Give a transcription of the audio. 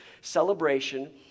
celebration